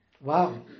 Wow